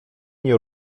nie